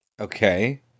Okay